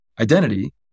identity